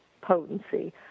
potency